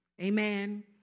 Amen